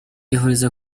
ihurizo